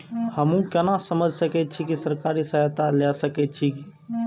हमू केना समझ सके छी की सरकारी सहायता ले सके छी?